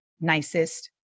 nicest